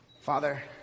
Father